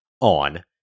on